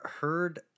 heard